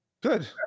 Good